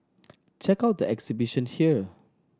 check out the exhibition here